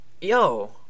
yo